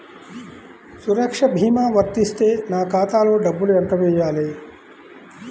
సురక్ష భీమా వర్తిస్తే నా ఖాతాలో డబ్బులు ఎంత వేయాలి?